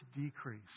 decrease